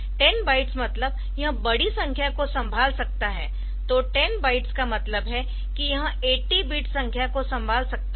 10 bytes मतलब यह बड़ी संख्या को संभाल सकता हैतो10 बाइट्स का मतलब है कि यह 80 बिट संख्या को संभाल सकता है